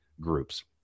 groups